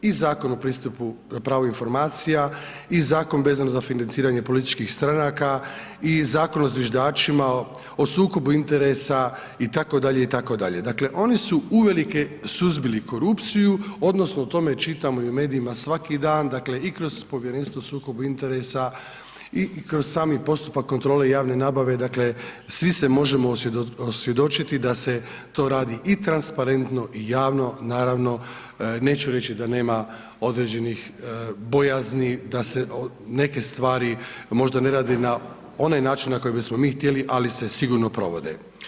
I Zakon o pristupu na pravo informacija i Zakon vezano za financiranje političkih stranaka i Zakon o zviždačima, o sukobu interesa itd., itd., dakle oni su uvelike suzbili korupciju odnosno o tome čitamo i u medijima svaki dan, dakle, i kroz povjerenstvo o sukobu interesa i kroz sami postupak kontrole javne nabave, dakle, svi se možemo osvjedočiti, da se to radi i transparentno i javno, naravno, neću reći, da nema određenih bojazni, da se neke stvari možda ne rade na onaj način na koji bismo mi htjeli ali se sigurno provode.